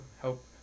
help